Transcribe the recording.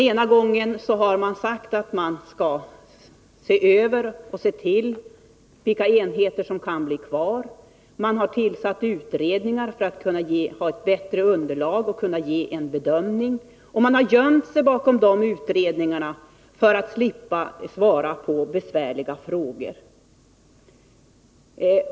Man har sagt att man skall se över frågan och att man skall undersöka vilka enheter som kan få vara kvar. Man har tillsatt utredningar för att kunna få ett bättre underlag och för att kunna göra en bedömning. Man har gömt sig bakom dessa utredningar för att slippa svara på besvärliga frågor.